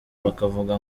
bakavuga